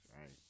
right